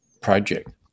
project